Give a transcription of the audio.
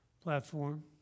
platform